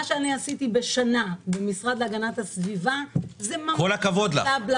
מה שאני עשיתי בשנה במשרד להגנת הסביבה זה ממש לא בלה-בלה-בלה,